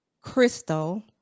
Crystal